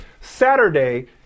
Saturday